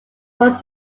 was